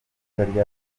ryatumye